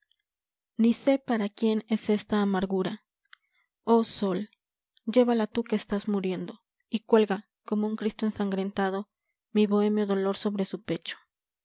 ni sé para quién es esta amargura oh sol llévala tú que estás muriendo y cuelga como un cristo ensangrentado mi bohemio dolor sobre su pecho